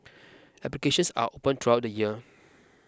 applications are open throughout the year